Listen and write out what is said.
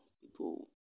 people